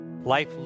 Life